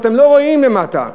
אתם לא רואים למטה.